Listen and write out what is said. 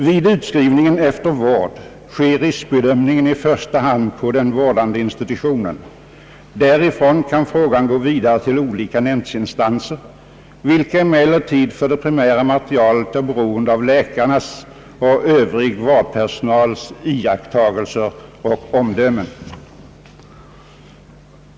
Vid utskrivningen efter vård sker riskbedömningen i första hand på den vårdande institutionen. Därifrån kan frågan gå vidare till olika nämndinstanser, vilka emellertid för det primära materialet är beroende av läkarnas och övrig vårdpersonals iakttagelser och omdömen.